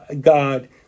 God